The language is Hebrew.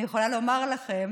אני יכולה לומר לכם